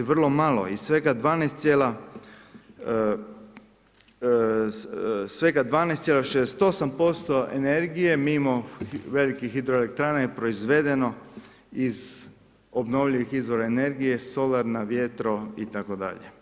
Vrlo malo i svega 12,68% energije mimo velikih hidroelektrana je proizvedeno iz obnovljivih izvora energije, solarna, vjetro itd.